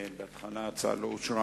בהתחלה ההצעה לא אושרה.